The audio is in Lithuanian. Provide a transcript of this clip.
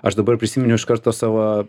aš dabar prisiminiau iš karto savo